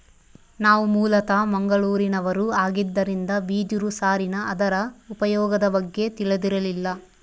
ನಾವು ಮೂಲತಃ ಮಂಗಳೂರಿನವರು ಆಗಿದ್ದರಿಂದ ಬಿದಿರು ಸಾರಿನ ಅದರ ಉಪಯೋಗದ ಬಗ್ಗೆ ತಿಳಿದಿರಲಿಲ್ಲ